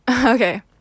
okay